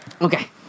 Okay